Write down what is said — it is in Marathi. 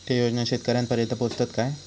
ते योजना शेतकऱ्यानपर्यंत पोचतत काय?